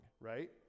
right